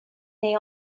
they